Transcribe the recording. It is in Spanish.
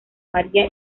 maría